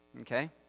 okay